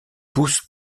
pousses